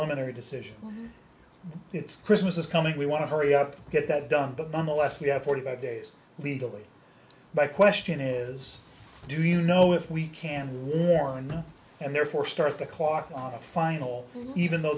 nary decision it's christmas is coming we want to hurry up and get that done but nonetheless we have forty five days legally my question is do you know if we can warn them and therefore start the clock on a final even though